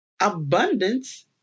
Abundance